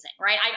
right